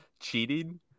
cheating